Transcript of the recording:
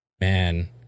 man